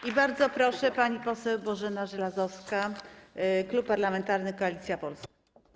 I bardzo proszę, pani poseł Bożena Żelazowska, Klub Parlamentarny Koalicja Polska.